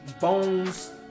bones